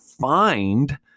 find